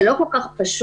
זה לא כל כך פשוט,